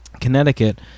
Connecticut